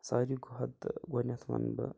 ساروٕے کھۄتہٕ گۄڈٕنیٚتھ وَنہٕ بہٕ